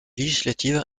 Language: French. législative